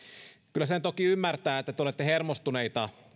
kyllä sen toki ymmärtää että te te olette hermostuneita